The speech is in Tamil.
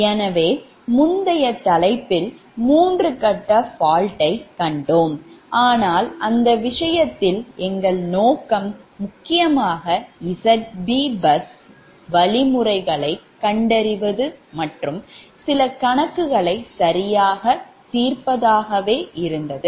எனவே முந்தைய தலைப்பில் 3 கட்ட fault ஐ கண்டோம் ஆனால் அந்த விஷயத்தில் எங்கள் நோக்கம் முக்கியமாக Zb bus வழிமுறைகளை கண்டறிவது மற்றும் சில கணக்குகளை சரியாகத் தீர்ப்பதாகவே இருந்தது